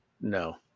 no